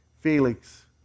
Felix